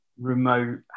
remote